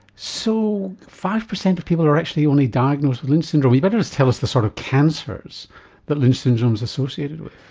so five percent of people are actually only diagnosed with lynch syndrome. you'd better tell us the sort of cancers that lynch syndrome's associated with.